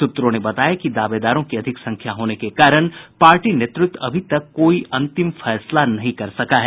सूत्रों ने बताया कि दावेदारों की अधिक संख्या होने के कारण पार्टी नेतृत्व अभी तक कोई अंतिम फैसला नहीं ले सका है